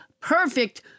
perfect